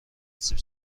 سیب